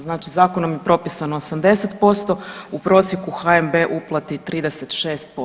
Znači zakonom je propisano 80%, u prosjeku HNB uplati 36%